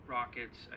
Rockets